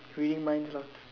reading minds lah